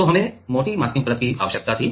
तो हमें मोटी मास्किंग परत की आवश्यकता थी